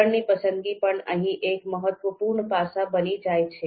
ધોરણની પસંદગી પણ અહીં એક મહત્વપૂર્ણ પાસા બની જાય છે